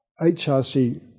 HRC